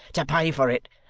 to pay for it,